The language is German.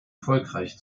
erfolgreich